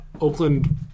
Oakland